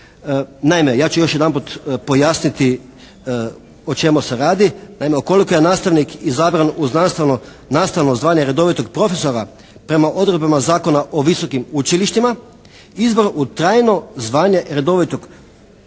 Naime, ja ću još jedanput pojasniti o čemu se radi. Naime, ukoliko je nastavnik izabran u znanstveno, nastavno zvanje redovitog profesora prema odredbama Zakona o visokim učilištima, izbor u trajno zvanje redovitog profesora